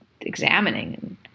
examining